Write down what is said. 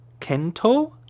kento